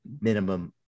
minimum